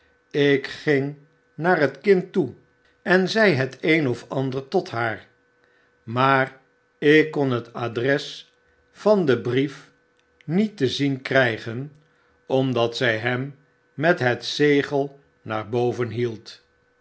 ik ging naar het kind toe en zei het een of ander tot haar maar ik kon het adres van den brief niet te zien krijgen omdat zij hem met het zegel naar boven hield